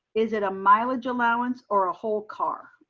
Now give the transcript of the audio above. is it a mileage allowance or a whole car?